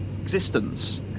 Existence